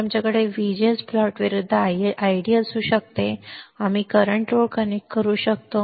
तर आमच्याकडे VGS plot विरुद्ध ID असू शकते आणि आम्ही करंट ओळ कनेक्ट करू शकतो